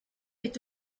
est